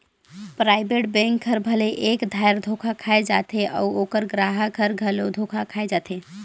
private bank हर भले एक धाएर धोखा खाए जाथे अउ ओकर गराहक हर घलो धोखा खाए जाथे